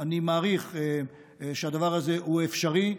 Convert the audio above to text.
אני מעריך שהדבר הזה אפשרי.